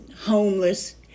homeless